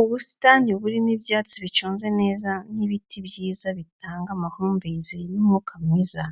Ubusitani burimo ibyatsi biconze neza n'ibiti byiza bitanga amahumbezi n'umwuka mwiza,